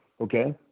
okay